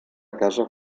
casa